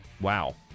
Wow